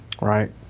right